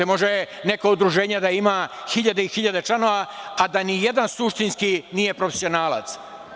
Može neko udruženje da ima hiljade i hiljade članova a da nijedan suštinski nije profesionalac.